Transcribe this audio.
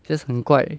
just 很怪